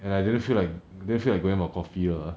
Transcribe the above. and I didn't feel like didn't feel like going out for coffee lah